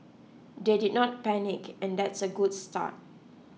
they did not panic and that's a good start